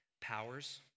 Powers